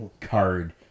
card